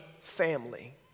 family